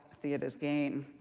theater's gain.